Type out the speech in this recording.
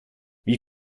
wie